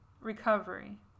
recovery